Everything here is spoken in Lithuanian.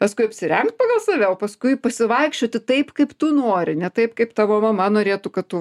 paskui apsirengt pagal save o paskui pasivaikščioti taip kaip tu nori ne taip kaip tavo mama norėtų kad tu